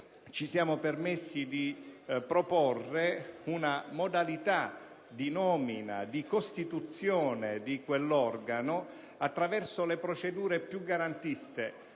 ci siamo permessi di proporre una modalità di nomina dei membri che costituiscono quell'organo attraverso le procedure più garantiste,